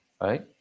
Right